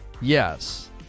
Yes